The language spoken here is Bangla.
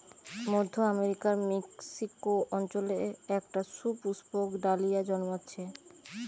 মধ্য আমেরিকার মেক্সিকো অঞ্চলে একটা সুপুষ্পক ডালিয়া জন্মাচ্ছে